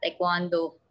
taekwondo